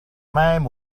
même